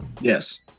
Yes